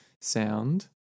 sound